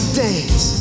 dance